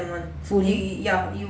fully